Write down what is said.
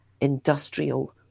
industrial